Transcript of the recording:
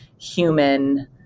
human